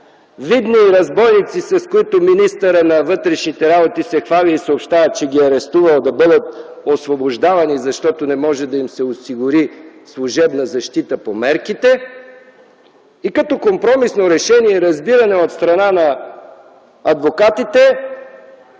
Видни разбойници, с които министъра на вътрешните работи се хвали и съобщава, че ги е арестувал, да бъдат освобождавани, защото не може да им се осигури служебна защита по мерките и като компромисно решение и разбиране от страна на адвокатите,